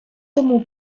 тому